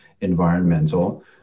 environmental